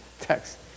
Text